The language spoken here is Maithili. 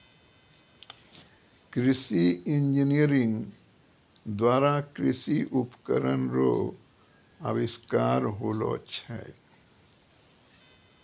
कृषि इंजीनियरिंग द्वारा कृषि उपकरण रो अविष्कार होलो छै